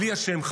בלי השם,